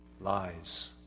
lies